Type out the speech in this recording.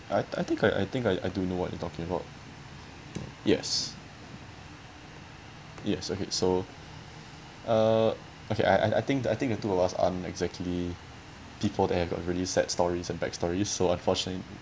I I think I I think I do know what you're talking about yes yes okay so uh okay I I I think I think the two of us aren't exactly people that have got really sad stories and bad stories so unfortunately